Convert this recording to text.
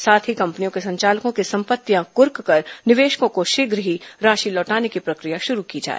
साथ ही कंपनियों के संचालकों की संपत्तियां कुर्क कर निवेशकों को शीघ्र ही राशि लौटाने की प्रक्रिया शुरू की जाये